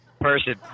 person